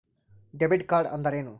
Debit ಕಾರ್ಡ್ಅಂದರೇನು?